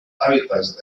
hábitats